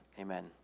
Amen